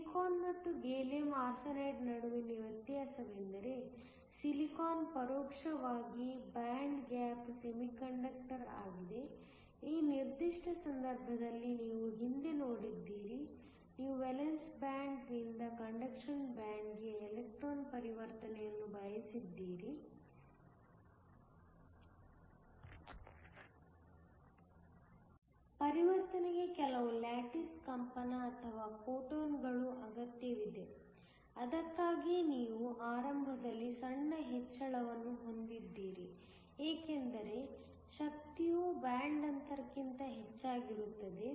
silicon ಮತ್ತು gallium arsenide ನಡುವಿನ ವ್ಯತ್ಯಾಸವೆಂದರೆ ಸಿಲಿಕಾನ್ ಪರೋಕ್ಷವಾಗಿ ಬ್ಯಾಂಡ್ ಗ್ಯಾಪ್ ಸೆಮಿಕಂಡಕ್ಟರ್ ಆಗಿದೆ ಈ ನಿರ್ದಿಷ್ಟ ಸಂದರ್ಭದಲ್ಲಿ ನೀವು ಹಿಂದೆ ನೋಡಿದ್ದೀರಿ ನೀವು ವೇಲೆನ್ಸ್ ಬ್ಯಾಂಡ್ ನಿಂದ ಕಂಡಕ್ಷನ್ ಬ್ಯಾಂಡ್ ಗೆ ಎಲೆಕ್ಟ್ರಾನ್ ಪರಿವರ್ತನೆಯನ್ನು ಬಯಸಿದರೆ ಪರಿವರ್ತನೆಗೆ ಕೆಲವು ಲ್ಯಾಟಿಸ್ ಕಂಪನ ಅಥವಾ ಫೋಟೋನ್ಸ್ಗಳು ಅಗತ್ಯವಿದೆ ಅದಕ್ಕಾಗಿಯೇ ನೀವು ಆರಂಭದಲ್ಲಿ ಸಣ್ಣ ಹೆಚ್ಚಳವನ್ನು ಹೊಂದಿದ್ದೀರಿ ಏಕೆಂದರೆ ಶಕ್ತಿಯು ಬ್ಯಾಂಡ್ ಅಂತರಕ್ಕಿಂತ ಹೆಚ್ಚಾಗಿರುತ್ತದೆ